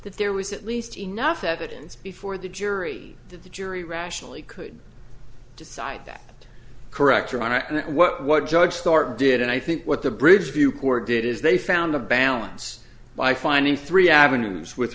that there was at least enough evidence before the jury that the jury rationally could decide that correct your honor and that what what judge starr did and i think what the bridge view court did is they found a balance by finding three avenues with